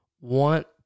want